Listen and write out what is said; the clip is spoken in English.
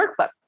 workbook